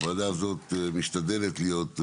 הוועדה הזאת משתדלת להיות,